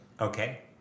Okay